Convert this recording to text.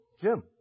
Jim